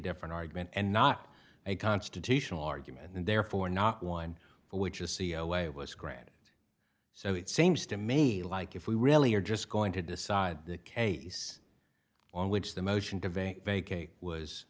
different argument and not a constitutional argument and therefore not one which is c e o way it was granted so it seems to me like if we really are just going to decide the case on which the motion